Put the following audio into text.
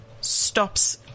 stops